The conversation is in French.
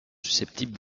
susceptibles